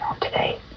today